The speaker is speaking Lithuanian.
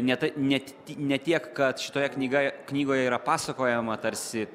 ne tai net ne tiek kad šitoje knyga knygoje yra pasakojama tarsi